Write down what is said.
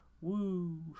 Woo